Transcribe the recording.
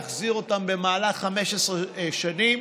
להחזיר אותן במהלך 15 שנים.